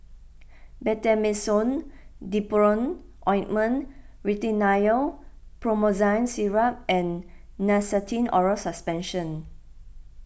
Betamethasone Dipropionate Ointment Rhinathiol Promethazine Syrup and Nystatin Oral Suspension